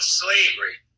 slavery